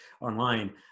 online